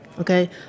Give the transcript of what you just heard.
okay